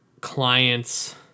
clients